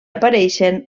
apareixen